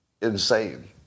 insane